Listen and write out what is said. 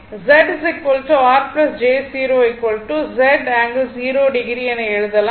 எனவே Z R j 0 Z ∠0o என எழுதலாம்